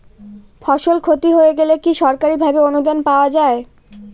ফসল ক্ষতি হয়ে গেলে কি সরকারি ভাবে অনুদান পাওয়া য়ায়?